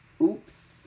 Oops